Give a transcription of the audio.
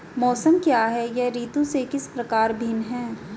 मौसम क्या है यह ऋतु से किस प्रकार भिन्न है?